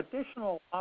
Additional